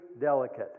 delicate